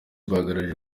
bagaragaje